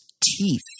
teeth